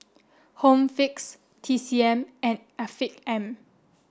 home Fix T C M and Afiq M